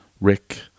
Rick